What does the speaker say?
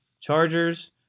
Chargers